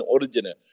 original